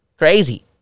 Crazy